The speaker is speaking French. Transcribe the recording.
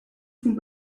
font